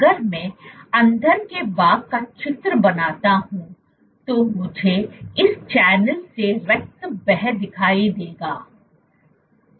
अगर मैं अंदर के भाग का चित्र बनाता हूं तो मुझे इस चैनल से रक्त बह दिखाई देगा है